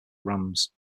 rams